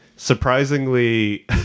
Surprisingly